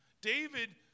David